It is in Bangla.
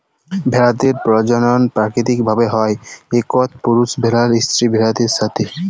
ভেড়াদের পরজলল পাকিতিক ভাবে হ্যয় ইকট পুরুষ ভেড়ার স্ত্রী ভেড়াদের সাথে